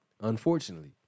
unfortunately